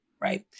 right